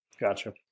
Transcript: Gotcha